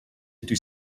into